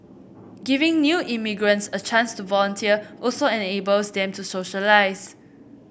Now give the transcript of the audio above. giving new immigrants a chance to volunteer also enables them to socialise